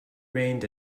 rained